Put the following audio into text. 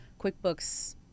quickbooks